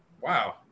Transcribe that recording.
wow